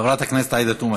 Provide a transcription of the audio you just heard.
חברת הכנסת עאידה תומא